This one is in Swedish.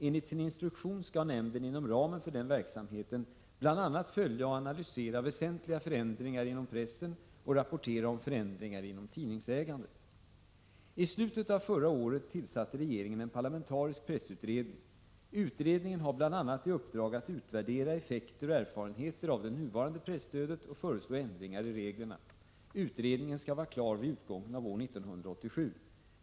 Enligt sin instruktion skall nämnden inom ramen för den verksamheten bl.a. följa och analysera väsentliga förändringar inom pressen och rapportera om förändringar inom tidningsägandet. I slutet av förra året tillsatte regeringen en parlamentarisk pressutredning. Utredningen har bl.a. i uppdrag att utvärdera effekter och erfarenheter av det nuvarande presstödet och föreslå ändringar i reglerna. Utredningen skall vara klar vid utgången av år 1987.